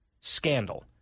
scandal